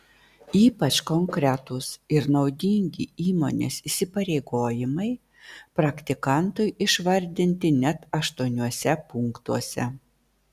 ypač konkretūs ir naudingi įmonės įsipareigojimai praktikantui išvardinti net aštuoniuose punktuose